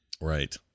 Right